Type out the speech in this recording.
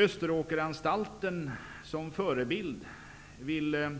I reservation 6 framför Ulf Eriksson, som var